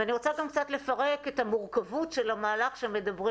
ואני רוצה גם קצת לפרק את המורכבות של המהלך שמדברים.